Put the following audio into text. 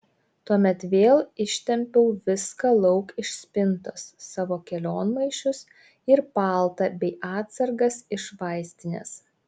tuomet vėl ištempiau viską lauk iš spintos savo kelionmaišius ir paltą bei atsargas iš vaistinės